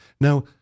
Now